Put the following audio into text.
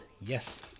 yes